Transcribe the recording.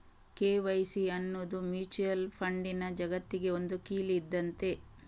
KYC ಅನ್ನುದು mutual ಫಂಡಿನ ಜಗತ್ತಿಗೆ ಒಂದು ಕೀಲಿ ಇದ್ದಂತೆ